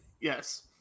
Yes